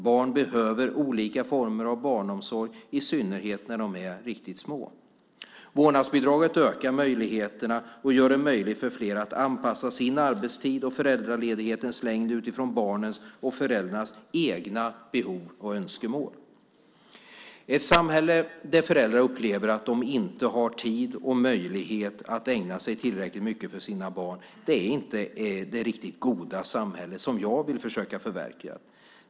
Barn behöver olika former av barnomsorg, i synnerhet när de är riktigt små. Vårdnadsbidraget ökar möjligheterna och gör det möjligt för fler att anpassa sin arbetstid och föräldraledighetens längd utifrån barnens och föräldrarnas egna behov och önskemål. Ett samhälle där föräldrar upplever att de inte har tid och möjlighet att ägna sig tillräckligt mycket åt sina barn är inte det riktigt goda samhälle som jag vill försöka förverkliga.